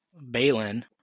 Balin